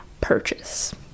purchase